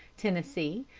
tennessee,